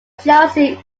chelsea